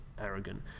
arrogant